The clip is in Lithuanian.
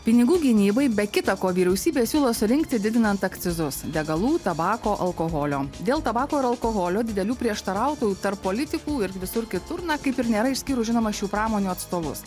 pinigų gynybai be kita ko vyriausybė siūlo surinkti didinant akcizus degalų tabako alkoholio dėl tabako ir alkoholio didelių prieštarautojų tarp politikų ir visur kitur na kaip ir nėra išskyrus žinoma šių pramonių atstovus